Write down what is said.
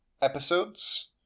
episodes